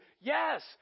yes